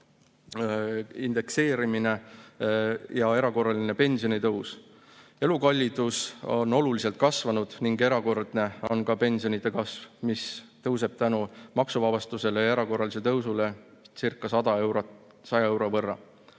indekseerimine ja erakorraline pensionitõus. Elukallidus on oluliselt kasvanud ning erakordne on ka pensionide kasv, mis tõuseb tänu maksuvabastusele ja erakorralisele tõusulecirca100 euro võrra.